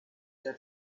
der